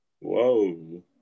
Whoa